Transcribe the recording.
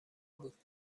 بود